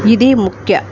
ఇది ముఖ్య